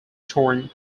torn